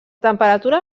temperatura